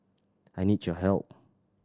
I need your help